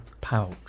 Pouch